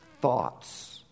thoughts